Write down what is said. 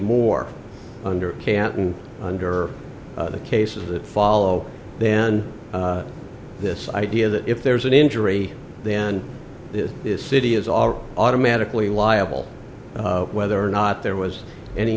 more under canton under the cases that follow then this idea that if there's an injury then this city is already automatically liable whether or not there was any